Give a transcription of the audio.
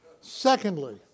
Secondly